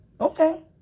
okay